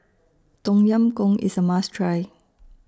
Tom Yam Goong IS A must Try